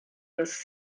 das